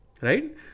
right